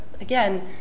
Again